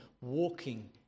walking